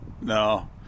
No